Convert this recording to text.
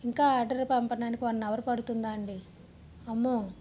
ఇంకా ఆర్డర్ పంపడానికి one hour పడుతుందా అండి అమ్మో